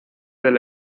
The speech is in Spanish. del